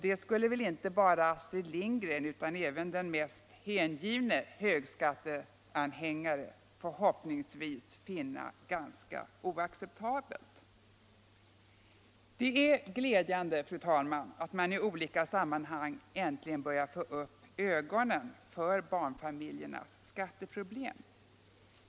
Det skulle väl inte bara Astrid Lindgren utan även den mest hängivne högskatteanhängare förhoppningsvis finna ganska oacceptabelt. Det är glädjande, fru talman, att man i olika sammanhang äntligen börjar få upp ögonen för barnfamiljernas skatteproblem.